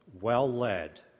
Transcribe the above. well-led